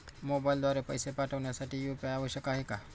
मोबाईलद्वारे पैसे पाठवण्यासाठी यू.पी.आय आवश्यक आहे का?